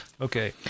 Okay